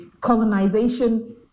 colonization